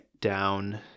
down